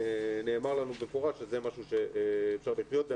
נאמר לנו במפורש שזה משהו שאפשר לחיות אתו.